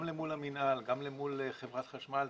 גם אל מול המינהל, גם אל מול חברת חשמל.